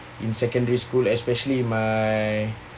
in secondary school especially in my